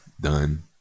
done